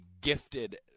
gifted